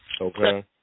Okay